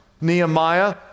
Nehemiah